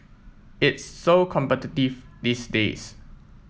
it's so competitive these days